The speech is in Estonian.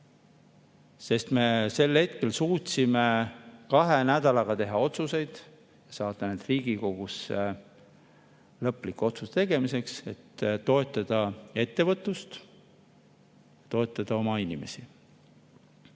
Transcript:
sest me sel hetkel suutsime kahe nädalaga teha otsuseid, saata need Riigikogusse lõpliku otsuse tegemiseks, et toetada ettevõtlust ja toetada oma inimesi.